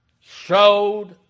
showed